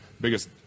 biggest